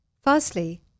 firstly